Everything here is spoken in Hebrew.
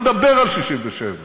תודה בשם סוכני הנסיעות לקפריסין,